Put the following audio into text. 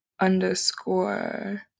underscore